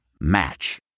Match